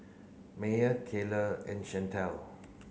Meyer Karly and Shantell